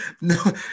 no